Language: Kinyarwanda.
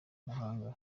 muhanga